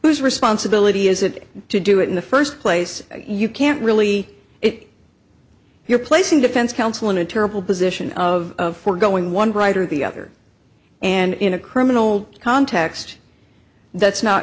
whose responsibility is it to do it in the first place you can't really it you're placing defense counsel in a terrible position of foregoing one right or the other and in a criminal context that's not